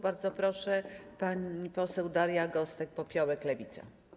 Bardzo proszę, pani poseł Daria Gosek-Popiołek, Lewica.